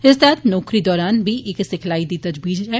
इस तैहत नौकरी दौरान बी इक सिखलाई दी तजवीज ऐ